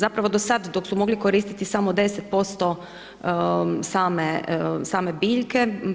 Zapravo do sad, dok su mogli koristiti samo 10% same biljke.